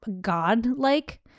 god-like